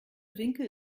winkel